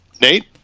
Nate